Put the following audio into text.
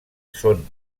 són